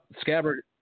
scabbard